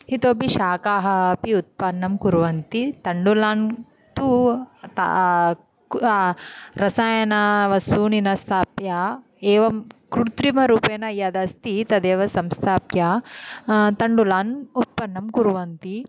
इतोपि शाकाः अपि उत्पन्नं कुर्वन्ति तण्डुलान् तु रसायनवस्तूनि न स्थाप्य एवं कृत्रिमरूपेण यदस्ति तदेव संस्थाप्य तण्डुलान् उत्पन्नं कुर्वन्ति